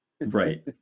Right